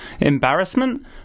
embarrassment